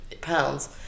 pounds